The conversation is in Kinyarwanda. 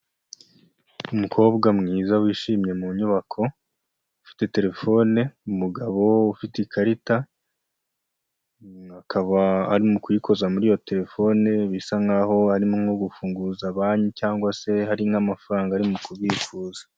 Umukobwa mwiza wishimye mu nyubako, ufite telefone, umugabo ufite ikarita, akaba arimo kuyikoza muri iyo telefone, bisa nkaho arimo gufunguza banki cyangwa se hari nk'amafaranga ari mu kubikuza.